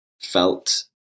felt